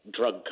drug